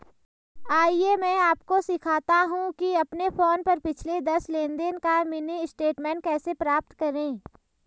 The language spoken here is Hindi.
आइए मैं आपको सिखाता हूं कि अपने फोन पर पिछले दस लेनदेन का मिनी स्टेटमेंट कैसे प्राप्त करें